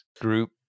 group